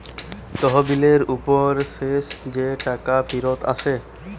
তহবিলের উপর শেষ যে টাকা ফিরত আসে